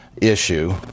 issue